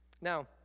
Now